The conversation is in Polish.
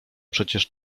przecież